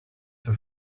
for